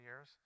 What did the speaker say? years